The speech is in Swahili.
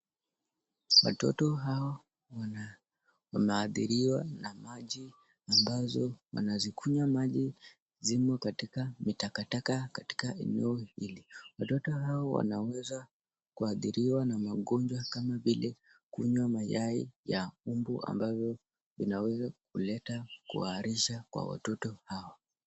Watoto hao wameadhiriwa na maji ambazo wanazikunywa maji zimo katika mitakataka katika eneo hili. Watoto hao wanaweza kuadhiriwa na magonjwa kama vile kunywa mayai ya kundu ambavyo inauzwa kuleta kuharisha kwa watoto hao.